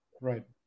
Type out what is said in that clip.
Right